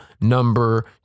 number